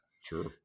Sure